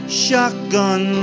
shotgun